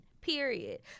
period